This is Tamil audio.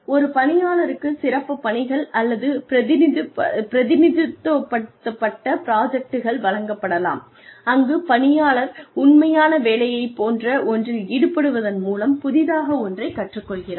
ஒரு பணியாளருக்குச் சிறப்புப் பணிகள் அல்லது பிரதிநிதித்துவப்படுத்தப்பட்ட ப்ராஜக்ட்கள் வழங்கப்படலாம் அங்கு பணியாளர் உண்மையான வேலையைப் போன்ற ஒன்றில் ஈடுபடுவதன் மூலம் புதிதாக ஒன்றைக் கற்றுக் கொள்கிறார்